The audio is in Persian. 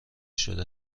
شده